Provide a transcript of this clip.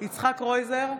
יצחק קרויזר,